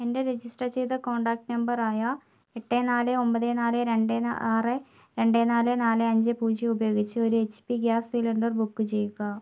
എൻ്റെ രജിസ്റ്റർ ചെയ്ത contact number ആയ എട്ട് നാല് ഒമ്പത് നാല് രണ്ട് ആറ് രണ്ട് നാല് നാല് അഞ്ച് പൂജ്യം ഉപയോഗിച്ച് ഒരു H P gas cylinder book ചെയ്യുക